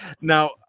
Now